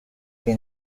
que